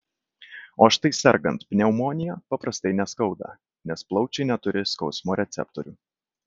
o štai sergant pneumonija paprastai neskauda nes plaučiai neturi skausmo receptorių